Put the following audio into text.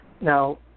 Now